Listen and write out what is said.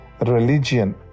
religion